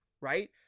right